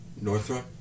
Northrop